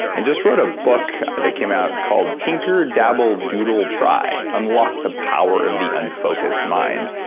and just wrote a book that came out called tinker dabble doodle try, unlock the power of the unfocused mind.